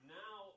now